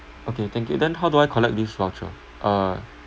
okay thank you then how do I collect this voucher uh